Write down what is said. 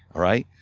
right?